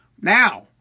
Now